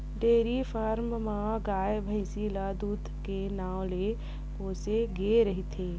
dairy farm म गाय, भइसी ल दूद के नांव ले पोसे गे रहिथे